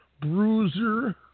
Bruiser